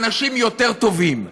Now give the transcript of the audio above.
אנשים יותר טובים.